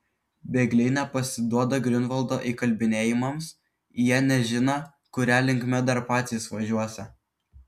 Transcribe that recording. bėgliai nepasiduoda griunvaldo įkalbinėjimams jie nežiną kuria linkme dar patys važiuosią